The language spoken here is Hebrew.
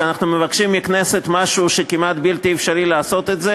שאנחנו מבקשים מהכנסת משהו שכמעט בלתי אפשרי לעשות אותו,